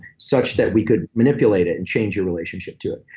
such that we could manipulate it and change your relationship to it.